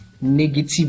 negative